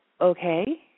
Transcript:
okay